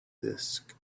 disk